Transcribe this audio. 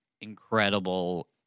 incredible